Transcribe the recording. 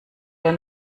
der